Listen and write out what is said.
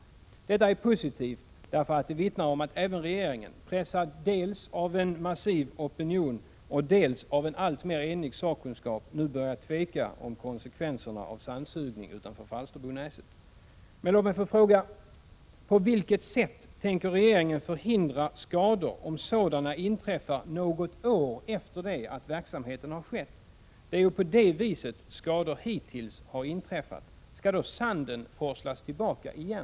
Detta är positivt, för det vittnar om att även regeringen, pressad dels av en massiv opinion, dels av en alltmer enig sakkunskap, nu börjar tveka i fråga om konsekvenserna av sandsugning utanför Falsterbonäset. Men låt mig fråga: På vilket sätt tänker regeringen förhindra skador, om sådana inträffar något år efter det att verksamheten har skett? Det är ju på det viset skador hittills har inträffat. Skall då sanden forslas tillbaka igen?